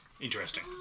interesting